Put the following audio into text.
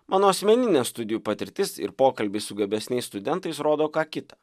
mano asmeninė studijų patirtis ir pokalbiai su gabesniais studentais rodo ką kita